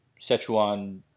Sichuan